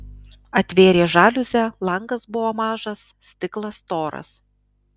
atvėrė žaliuzę langas buvo mažas stiklas storas